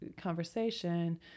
conversation